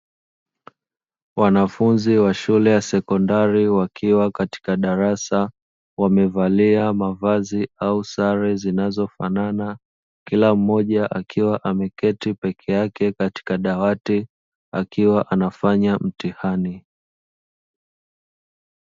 Wanafunzi wa shule ya sekondari wakiwa katika darasa wamevalia mavazi au sare zinazofanana. Kila mmoja akiwa ameketi peke yake katika dawati akiwa anafanya mtihani.